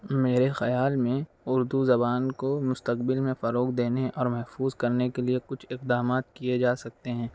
میرے خیال میں اُردو زبان کو مستقبل میں فروغ دینے اور محفوظ کرنے کے لیے کچھ اقدامات کیے جا سکتے ہیں